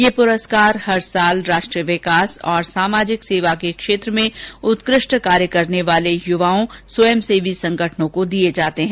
ये पुरस्कार हर वर्ष राष्ट्रीय विकास और सामाजिक सेवा के क्षेत्र में उत्कृष्ट कार्य करने वाले युवाओं और स्वयंसेवी संगठनों को दिये जाते हैं